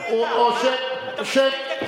הוא עונה מה שהוא רוצה.